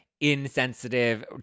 insensitive